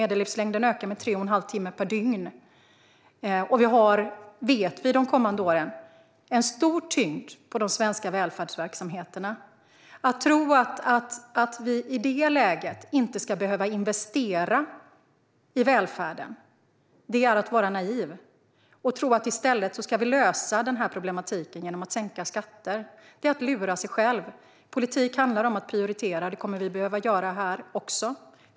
Medellivslängden ökar med tre och en halv timme per dygn. Vi vet att det de kommande åren kommer att ligga en stor tyngd på de svenska välfärdsverksamheterna. Att tro att vi i det läget inte ska behöva investera i välfärden är att vara naiv. Att tro att vi ska lösa den här problematiken genom att sänka skatter är att lura sig själv. Politik handlar om att prioritera. Det kommer vi att behöva göra här också.